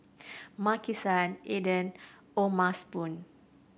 Maki San Aden O'ma Spoon